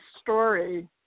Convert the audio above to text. story